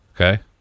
Okay